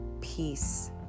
Peace